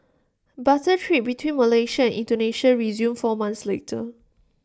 barter trade between Malaysia Indonesia resumed four months later